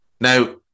Now